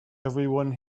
everyone